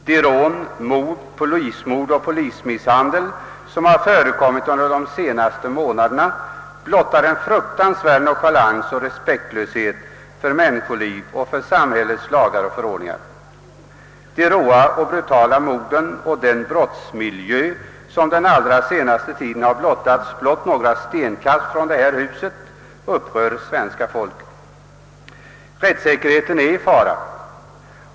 De rån, mord, polismord och polismisshandel som har förekommit under de senaste månaderna blottar en fruktansvärd nonchalans och respektlöshet för människoliv och för samhällets lagar och förordningar. De råa och brutala mord och den brottsmiljö som den allra sista tiden har blottats endast några stenkast från detta hus upprör svenska folket. Rättssäkerheten är i fara.